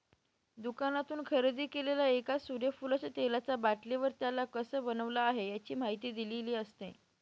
दुकानातून खरेदी केलेल्या एका सूर्यफुलाच्या तेलाचा बाटलीवर, त्याला कसं बनवलं आहे, याची माहिती दिलेली असते